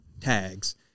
tags